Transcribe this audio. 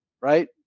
right